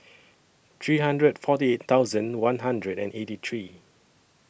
three hundred forty thousand one hundred and eighty three